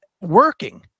working